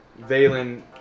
Valen